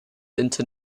into